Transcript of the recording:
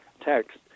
text